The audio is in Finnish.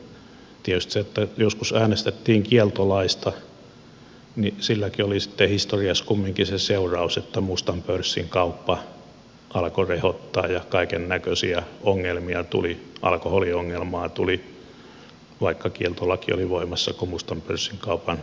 silläkin että joskus äänestettiin kieltolaista oli sitten historiassa kumminkin se seuraus että mustan pörssin kauppa alkoi rehottaa ja kaikennäköisiä ongelmia tuli alkoholiongelmaa tuli vaikka kieltolaki oli voimassa kun sitä mustan pörssin kaupan kautta tuli